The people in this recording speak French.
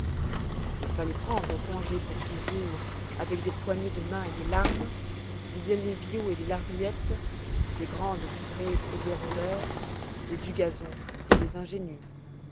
il fallait prendre congé pour toujours avec des poignées de mains et des larmes des ellevious et des laruettes des grandes livrées et des rondeurs des dugazons et des ingénues